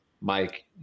Mike